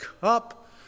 cup